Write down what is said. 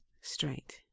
straight